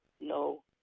no